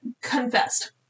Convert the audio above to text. confessed